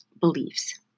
beliefs